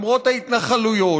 למרות ההתנחלויות,